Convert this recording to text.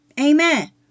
Amen